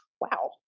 Wow